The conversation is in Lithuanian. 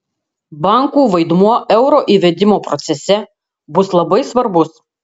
bankų vaidmuo euro įvedimo procese bus labai svarbus